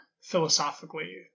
philosophically